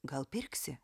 gal pirksi